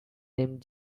named